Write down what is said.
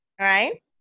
right